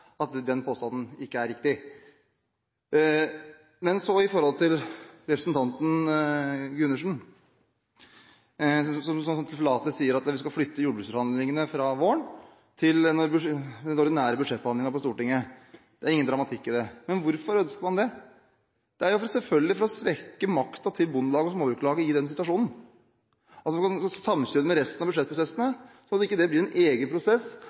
ikke den påstanden er riktig. Så til representanten Gundersen, som så tilforlatelig sier at de skal flytte jordbruksforhandlingene fra våren til den ordinære budsjettbehandlingen i Stortinget, og at det ikke er noen dramatikk i det. Men hvorfor ønsker man det? Det er selvfølgelig for å svekke makten til Bondelaget og Småbrukarlaget i den situasjonen. Man skal altså samkjøre det med de andre budsjettprosessene, sånn at det ikke blir en egen prosess